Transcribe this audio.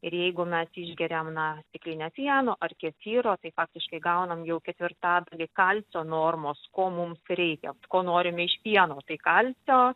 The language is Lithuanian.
ir jeigu mes išgeriam na stiklinę pieno ar kefyro tai faktiškai gaunam jau ketvirtadalį kalcio normos ko mums reikia ko norime iš pieno tai kalcio